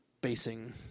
basing